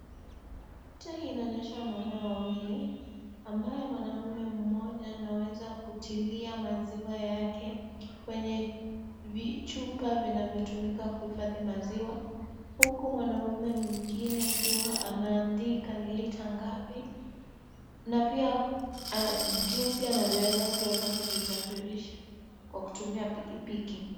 Picha hii inaonesha wanaume wawili ambaye mwanaume mmoja anaweza kutilia maziwa yake kwenye vichupa ambavyo vinatumika kuhifadhi maziwa ,huku mwanaume mwingine akiwa anaandika ni litre ngapi na pia jinsi anavyoweza kuzisafirisha kutumia pikipiki.